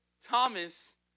Thomas